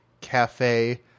cafe